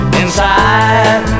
inside